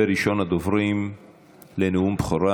וראשון הדוברים בנאומי בכורה,